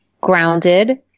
grounded